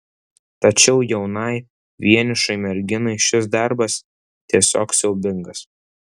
tačiau jaunai vienišai merginai šis darbas tiesiog siaubingas